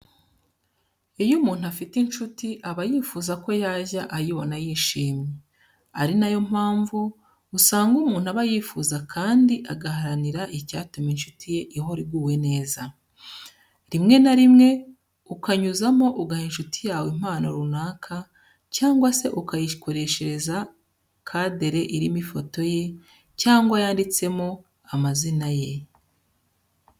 Iyo umuntu afite inshuti aba yifuza ko yajya ayibona yishimye, ari na yo mpamvu usanga umuntu aba yifuza kandi agaharanira icyatuma inshuti ye ihora iguwe neza. Rimwe na rimwe ukanyuzamo ugaha inshuti yawe impano runaka cyangwa se ukayikoreshereza kadere irimo ifoto ye cyangwa yanditsemo amazina ye.